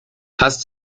hast